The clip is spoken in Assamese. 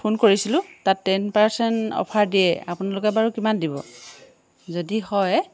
ফোন কৰিছিলোঁ তাত টেন পাৰচেণ্ট অফাৰ দিয়ে আপোনালোকে বাৰু কিমান দিব যদি হয়